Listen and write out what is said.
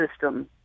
system